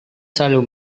selalu